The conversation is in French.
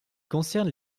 concerne